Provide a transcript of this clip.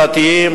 דתיים,